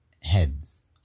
heads